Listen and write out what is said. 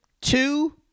two